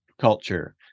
culture